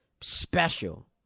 special